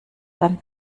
dann